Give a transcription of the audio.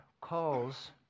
calls